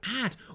add